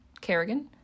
Kerrigan